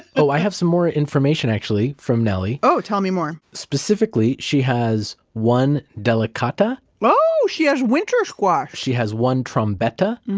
oh, i have some more information, actually, from nellie oh, tell me more specifically, she has one delicata oh, she has winter squash she has one trombetta,